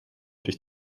durch